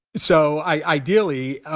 so ideally,